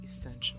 essential